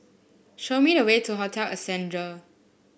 show me the way to Hotel Ascendere